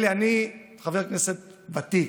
אלי, אני חבר כנסת ותיק,